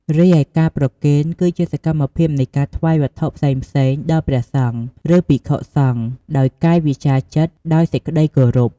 រីឯ ការប្រគេន គឺជាសកម្មភាពនៃការថ្វាយវត្ថុផ្សេងៗដល់ព្រះសង្ឃ ឬភិក្ខុសង្ឃ ដោយកាយវាចាចិត្តដោយសេចក្តីគោរព។